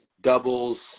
Doubles